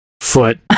foot